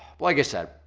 like i said,